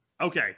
Okay